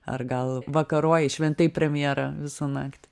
ar gal vakarojai šventei premjerą visą naktį